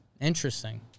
Interesting